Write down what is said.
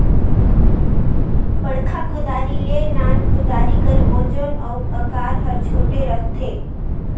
बड़खा कुदारी ले नान कुदारी कर ओजन अउ अकार हर छोटे रहथे